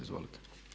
Izvolite.